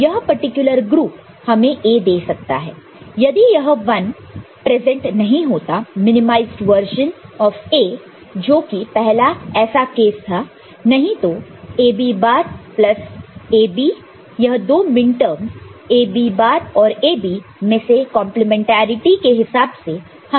तो यह particular group हमें A दे सकता है यदि यह 1 प्रेजेंट नहीं होता मिनिमाइज वर्जन ऑफ A जो कि पहला ऐसा केस था नहीं तो AB बार प्लस AB यह दो मिनटर्मस AB बार और AB मैं से कंप्लीमेंट्रिटी के हिसाब से हमें A मिलता है